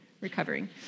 Recovering